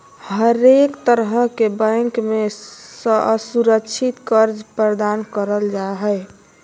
हरेक तरह के बैंक मे असुरक्षित कर्ज प्रदान करल जा हय